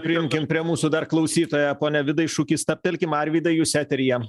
priimkim prie mūsų dar klausytoją pone vidai šuki stabtelkim arvydai jūs eteryje